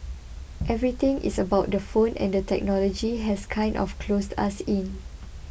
everything is about the phone and the technology has kind of closed us in